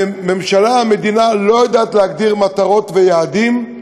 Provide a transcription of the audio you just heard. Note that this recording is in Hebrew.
הממשלה, המדינה, לא יודעת להגדיר מטרות ויעדים.